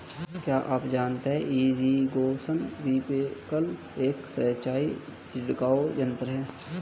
क्या आप जानते है इरीगेशन स्पिंकलर एक सिंचाई छिड़काव यंत्र है?